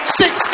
six